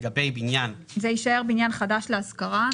זה יישאר בניין חדש להשכרה.